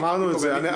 אמרנו את זה.